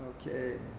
Okay